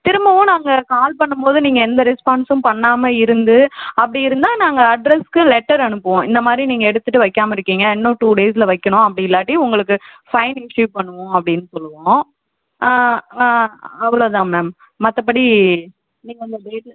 திரும்பவும் நாங்கள் கால் பண்ணும் போது நீங்கள் எந்த ரெஸ்பான்ஸ்ஸும் பண்ணாமல் இருந்து அப்படி இருந்தால் நாங்கள் அட்ரஸ்க்கு லெட்டர் அனுப்புவோம் இந்த மாதிரி நீங்கள் எடுத்துகிட்டு வைக்காமல் இருக்கீங்க இன்னும் டூ டேஸில் வைக்கணும் அப்படி இல்லாட்டி உங்களுக்கு ஃபைன் இஸ்ஸு பண்ணுவோம் அப்படின் சொல்லுவோம் அவ்வளோ தான் மேம் மற்றபடி நீங்கள் அந்த டேட்